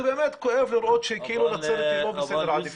באמת כואב לראות שנצרת לא בסדר עדיפות.